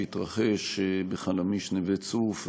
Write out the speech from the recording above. שהתרחש בחלמיש נווה צוף,